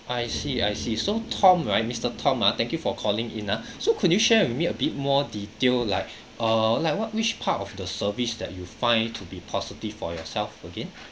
I see I see so tom right mister tom ah thank you for calling in ah so could you share with me a bit more detail like err like what which part of the service that you find to be positive for yourself again